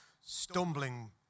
stumbling